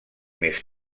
més